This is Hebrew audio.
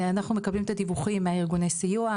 אנחנו מקבלים את הדיווחים מארגוני הסיוע,